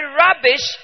rubbish